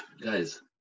guys